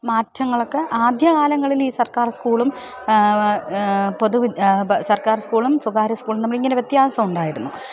മാറ്റങ്ങളൊക്കെ ആദ്യകാലങ്ങളിൽ ഈ സർക്കാർ സ്കൂളും പൊതു സർക്കാർ സ്കൂളും സ്വകാര്യ സ്കൂളും തമ്മിലിങ്ങനെ വ്യത്യാസം ഉണ്ടായിരുന്നു